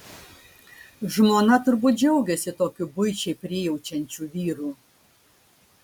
žmona turbūt džiaugiasi tokiu buičiai prijaučiančiu vyru